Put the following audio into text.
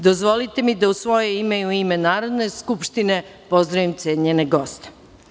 Dozvolite mi da u svoje ime i u ime Narodne skupštine pozdravim cenjene goste.